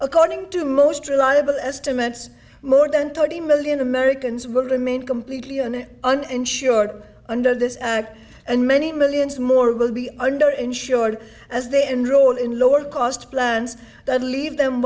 according to most reliable estimates more than thirty million americans will remain completely and uninsured under this and many millions more will be under insured as they enroll in lower cost plans that leave them